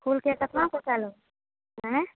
फूलके केतना पैसा ले आँय